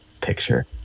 picture